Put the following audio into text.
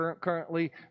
currently